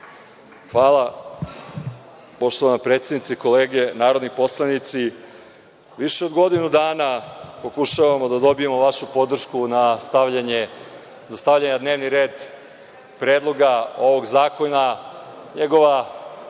Hvala. Poštovana predsednice, kolege narodni poslanici, više od godinu dana pokušavamo da dobijemo vašu podršku za stavljanje na dnevni red Predloga ovog zakona. Njegova